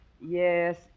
Yes